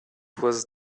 was